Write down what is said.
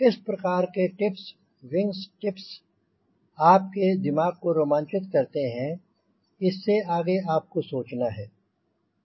किस प्रकार के टिप्स विंग टिप्स आपके दिमाग को रोमांचित करते हैं इससे और आगे आपको सोचना है